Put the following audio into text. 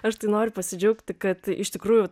aš tai noriu pasidžiaugti kad iš tikrųjų